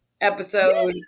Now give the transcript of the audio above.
episode